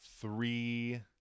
three